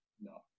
No